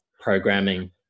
programming